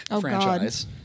franchise